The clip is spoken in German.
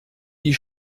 die